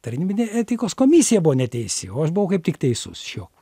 tarnybinė etikos komisija buvo neteisi o aš buvau kaip tik teisus šiuo